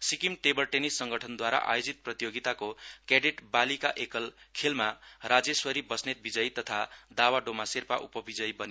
Sikkim table tennis संगठनद्वारा आयोजित प्रतियोगिताको क्याडेट बालिका एकल खेलमा राजेस्वरी बस्नेत विजयी तथा दावा डोमा शेर्पा उपविजयी बने